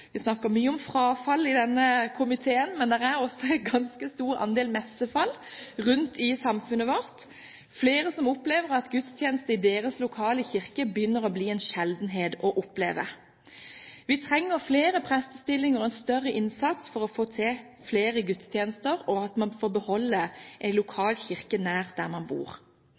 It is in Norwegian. Vi snakker mye om frafall i denne komiteen, men det er også en ganske stor andel messefall i samfunnet vårt. Flere opplever at gudstjenester i den lokale kirken begynner å bli en sjeldenhet. Vi trenger flere prestestillinger og en større innsats for å få flere gudstjenester og for å få beholde en lokal kirke der man bor.